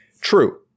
True